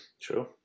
True